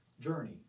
journey